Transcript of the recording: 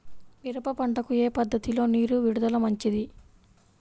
మిరప పంటకు ఏ పద్ధతిలో నీరు విడుదల మంచిది?